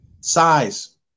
Size